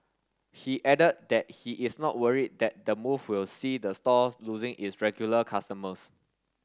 he added that he is not worried that the move will see the store losing its regular customers